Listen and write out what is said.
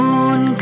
Moon